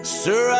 sir